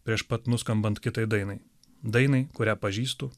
prieš pat nuskambant kitai dainai dainai kurią pažįstu